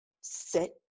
sit